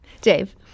Dave